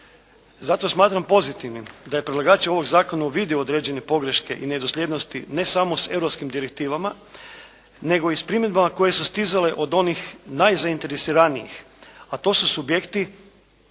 Zato smatram pozitivnim da je predlagač ovog zakona uvidio određene pogreške i nedosljednosti ne samo s europskim direktivama nego i s primjedbama koje su stizale od onih najzaiteresiranijih, a to su subjekti